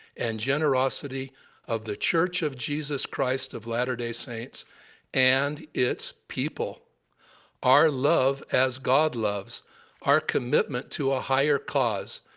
and generosity of the church of jesus christ of latter-day saints and its people our love as god loves our commitment to a higher cause,